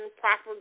proper